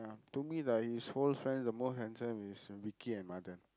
to me like his whole friends the most handsome is Vicky and Mathan